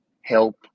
help